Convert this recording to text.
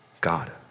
God